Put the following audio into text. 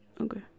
Okay